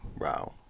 Wow